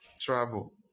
Travel